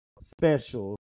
Special